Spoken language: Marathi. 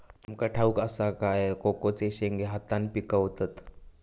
तुमका ठाउक असा काय कोकोचे शेंगे हातान पिकवतत